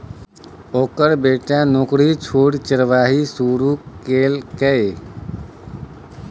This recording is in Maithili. ओकर बेटा नौकरी छोड़ि चरवाही शुरू केलकै